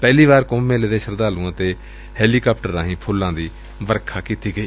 ਪਹਿਲੀ ਵਾਰ ਕੁੰਭ ਮੇਲੇ ਦੇ ਸ਼ਰਧਾਲੁਆਂ ਤੇ ਹੈਲੀਕਾਪਟਰਾਂ ਰਾਹੀਂ ਫੁੱਲਾਂ ਦੀ ਵਰਖਾ ਕੀਤੀ ਗਈ